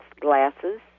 glasses